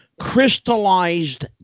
Crystallized